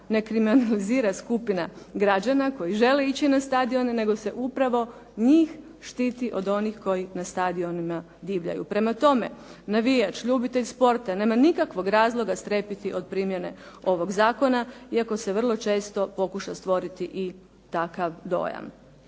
ne kriminalizira skupina građana koji žele ići na stadione, nego se upravo njih štiti od onih koji na stadionima divljaju. Prema tome, navijač, ljubitelj sporta nema nikakvog razloga strepiti od primjene ovog zakona, iako se vrlo često pokuša stvoriti i takav dojam.